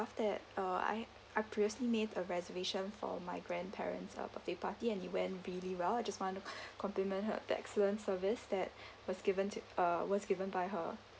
that uh I I previously made a reservation for my grandparent's uh birthday party and it went really well I just want to compliment her the excellent service that was given to uh was given by her